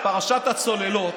פרשת הצוללות,